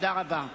תודה רבה.